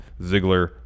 Ziggler